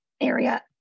area